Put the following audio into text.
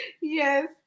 yes